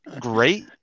great